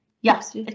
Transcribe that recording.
yes